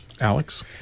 Alex